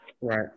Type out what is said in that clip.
Right